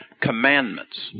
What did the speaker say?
commandments